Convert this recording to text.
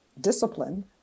discipline